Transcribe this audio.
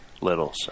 little